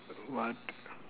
what